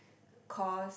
course